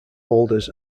holders